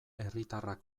herriatarrak